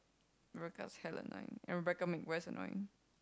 Rebecca's hella annoying and Rebecca make west annoying